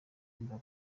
w’iwabo